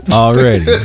already